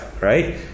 right